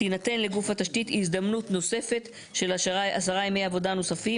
תינתן לגוף התשתית הזדמנות נוספת של עשרה ימי עבודה נוספים